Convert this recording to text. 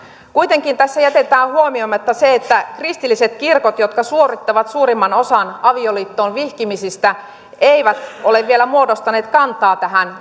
kuitenkin tässä jätetään huomioimatta se että kristilliset kirkot jotka suorittavat suurimman osan avioliittoon vihkimisistä eivät ole vielä muodostaneet kantaa tähän